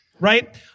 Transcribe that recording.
right